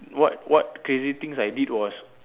what what crazy things I did was